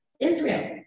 Israel